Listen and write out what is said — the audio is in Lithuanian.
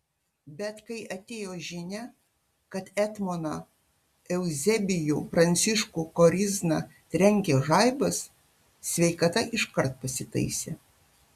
bet kai atėjo žinia kad etmoną euzebijų pranciškų korizną trenkė žaibas sveikata iškart pasitaisė